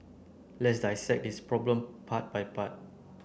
let's dissect this problem part by part